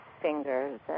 fingers